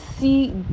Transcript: see